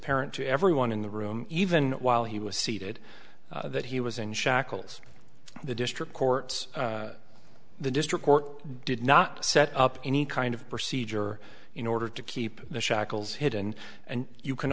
parent to everyone in the room even while he was seated that he was in shackles the district courts the district court did not set up any kind of procedure in order to keep the shackles hidden and you can